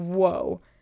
whoa